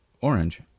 orange